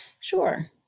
Sure